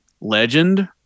legend